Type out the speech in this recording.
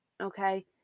Okay